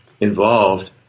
involved